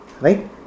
Right